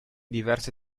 diverse